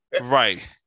Right